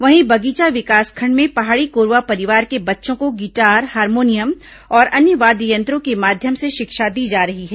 वहीं बगीचा विकासखंड में पहाड़ी कोरवा परिवार के बच्चों को गिटार हार्मोनियम और अन्य वाद्य यंत्रों के माध्यम से शिक्षा दी जा रही है